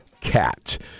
cat